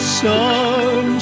sun